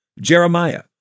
Jeremiah